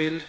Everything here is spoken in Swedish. Eftersom